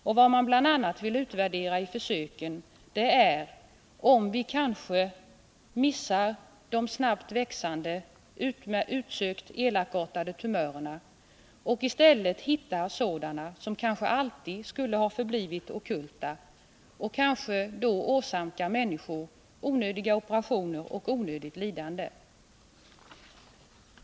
Och vad man bl.a. vill utvärdera i försöken är om vi kanske missar de snabbt växande, utsökt elakartade tumörerna och i stället hittar sådana som alltid skulle ha förblivit ockulta och att människor därmed åsamkas onödiga operationer och onödigt lidande.